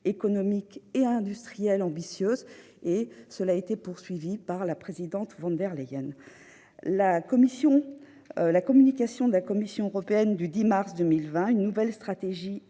économique et industrielle ambitieuse. Cela a été poursuivi par la présidente von der Leyen. La Communication de la Commission européenne du 10 mars 2020 intitulée « Une nouvelle stratégie